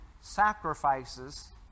sacrifices